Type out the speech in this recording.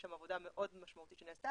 יש שם עבודה מאוד משמעותית שנעשתה.